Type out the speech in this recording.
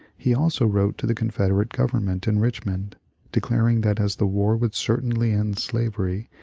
he also wrote to the confederate government in richmond declaring that as the war would certainly end slavery,